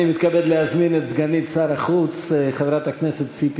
אני מתכבד להזמין את סגנית שר החוץ חברת הכנסת ציפי